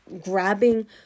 grabbing